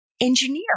engineer